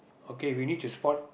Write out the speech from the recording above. okay we need to spot